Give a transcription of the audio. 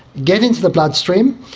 get into the bloodstream,